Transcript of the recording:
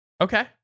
Okay